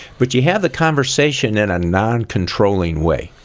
but you have the conversation in a non-controlling way.